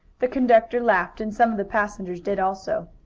the conductor laughed, and some of the passengers did also.